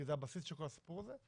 כי זה הבסיס של כל הסיפור הזה,